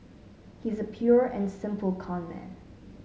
he's a pure and simple conman